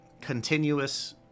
continuous